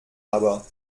aber